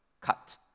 cut